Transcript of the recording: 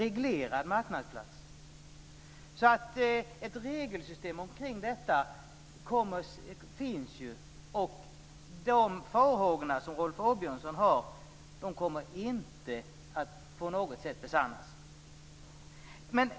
Ett regelsystem omkring detta finns, och de farhågor som Rolf Åbjörnsson har kommer inte att på något sätt besannas.